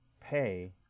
pay